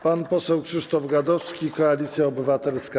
Pan poseł Krzysztof Gadowski, Koalicja Obywatelska.